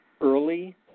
early